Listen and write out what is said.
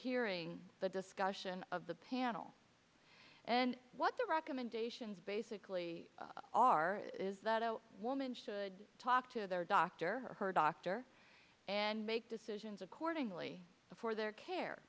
hearing the discussion of the panel and what the recommendations basically are is that a woman should talk to their doctor her doctor and make decisions accordingly for their care